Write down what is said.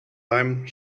time